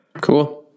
Cool